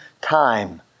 time